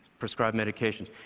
prescribe medications.